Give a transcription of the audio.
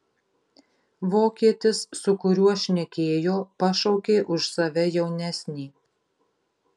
vokietis su kuriuo šnekėjo pašaukė už save jaunesnį